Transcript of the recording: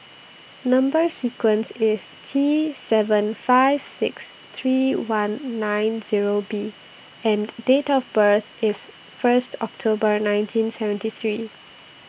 Number sequence IS T seven five six three one nine Zero B and Date of birth IS First October nineteen seventy three